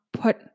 put